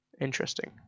interesting